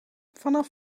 vanaf